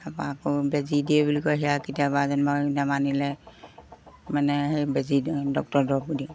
তাৰপৰা আকৌ বেজি দিয়ে বুলি কয় সেয়া কেতিয়াবা যেনিবা নামানিলে মানে সেই বেজি দিওঁ ডক্তৰৰ দৰৱো দিওঁ